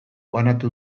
banatu